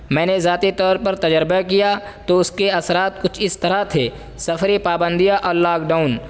میں نے ذاتی طور پر تجربہ کیا تو اس کے اثرات کچھ اس طرح تھے سفری پابندیاں اور لاک ڈاؤن